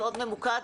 מאוד ממוקד,